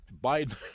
Biden